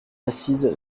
assise